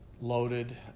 loaded